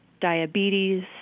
diabetes